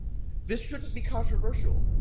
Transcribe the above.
this shouldn't be controversial.